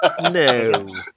no